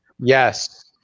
Yes